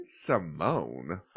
Simone